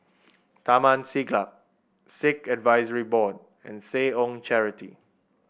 Taman Siglap Sikh Advisory Board and Seh Ong Charity